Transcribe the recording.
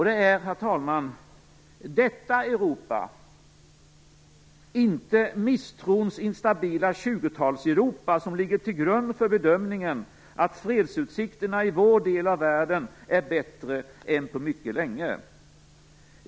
Det är, herr talman, detta Europa och inte misstrons instabila tjugotalseuropa som ligger till grund för bedömningen att fredsutsikterna i vår del av världen är bättre än på mycket länge.